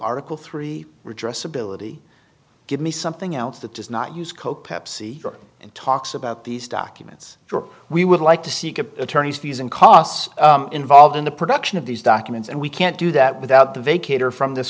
article three redress ability give me something else that does not use coke pepsi and talks about these documents we would like to see could attorney's fees and costs involved in the production of these documents and we can't do that without the vacate or from this